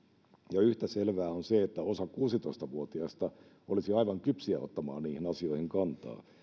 ja yhtä selvää on se että osa kuusitoista vuotiaista olisi aivan kypsiä ottamaan niihin asioihin kantaa